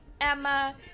Emma